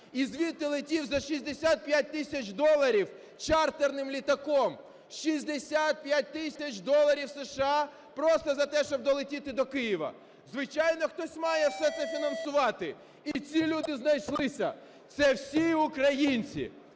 і звідти летів за 65 тисяч доларів чартерним літаком, 65 тисяч доларів США просто за те, щоб долетіти до Києва. Звичайно, хтось має все це фінансувати, і ці люди знайшлися – це всі українці.